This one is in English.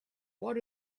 what